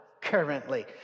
currently